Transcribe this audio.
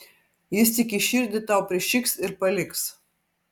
jis tik į širdį tau prišiks ir paliks